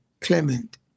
Clement